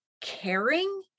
caring